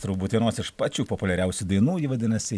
turbūt vienos iš pačių populiariausių dainų ji vadinasi